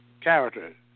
character